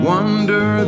Wonder